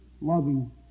loving